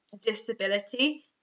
disability